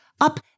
up